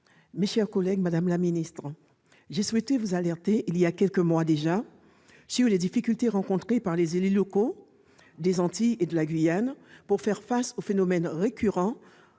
des outre-mer. Madame la ministre, j'ai souhaité vous alerter, voilà déjà quelques mois, sur les difficultés rencontrées par les élus locaux des Antilles et de la Guyane pour faire face au phénomène récurrent